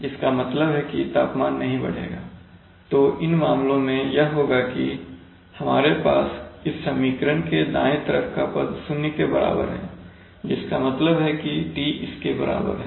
जिसका मतलब है कि तापमान नहीं बढ़ेगा तो इन मामलों में यह होगा कि हमारे पास इस समीकरण के दाएं तरफ का पद 0 के बराबर है जिसका मतलब है कि T इसके बराबर है